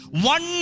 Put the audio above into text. One